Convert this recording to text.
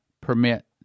permit